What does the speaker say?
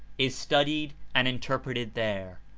is studied and interpreted there,